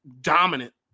dominant